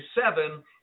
seven